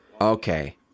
Okay